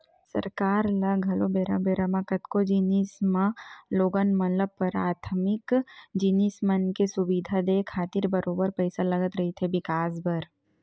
सरकार ल घलो बेरा बेरा म कतको जिनिस म लोगन मन ल पराथमिक जिनिस मन के सुबिधा देय खातिर बरोबर पइसा लगत रहिथे बिकास बर